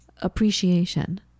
Appreciation